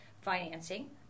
financing